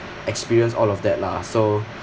experience all of that lah so